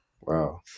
Wow